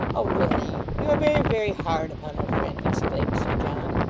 oh, really you are very, very hard upon our friend exclaimed sir john.